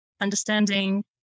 understanding